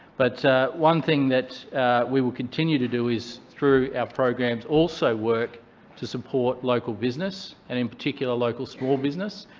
but one thing that we will continue to do is through our programs also work to support local business and, in particular, local small business.